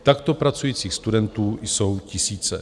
Takto pracujících studentů jsou tisíce.